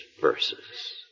verses